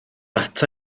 ata